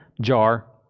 jar